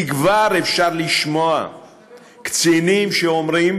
כי כבר אפשר לשמוע קצינים שאומרים: